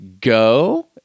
go